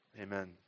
Amen